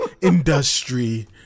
industry